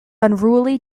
unruly